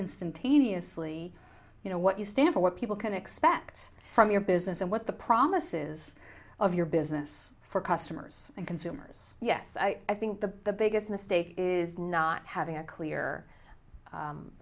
instantaneously you know what you stand for what people can expect from your business and what the promise is of your business for customers and consumers yes i think the biggest mistake is not having a clear